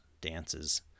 dances